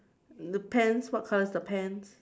the pants what color is the pants